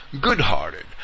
good-hearted